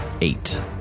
Eight